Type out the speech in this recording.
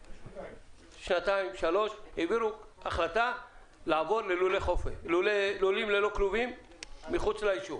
לפני שנתיים-שלוש לעבור ללולים ללא כלובים מחוץ ליישוב.